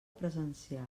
presencial